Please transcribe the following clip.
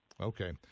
Okay